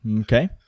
Okay